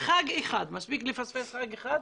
מספיק לפספס חג אחד,